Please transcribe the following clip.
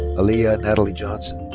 alliyah natalie johnson.